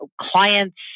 clients